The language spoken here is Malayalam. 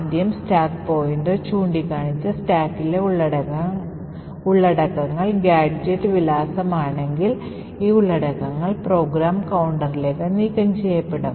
ആദ്യം സ്റ്റാക്ക് പോയിന്റർ ചൂണ്ടിക്കാണിച്ച സ്റ്റാക്കിലെ ഉള്ളടക്കങ്ങൾ ഗാഡ്ജെറ്റ് വിലാസമാണെങ്കിൽ ഈ ഉള്ളടക്കങ്ങൾ പ്രോഗ്രാം കൌണ്ടറിലേക്ക് നീക്കം ചെയ്യപ്പെടും